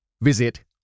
Visit